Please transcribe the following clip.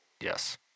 Yes